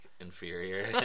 inferior